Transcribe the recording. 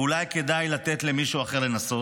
אולי כדאי לתת למישהו אחר לנסות?